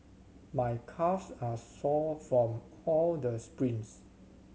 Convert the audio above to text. my calves are sore from all the sprints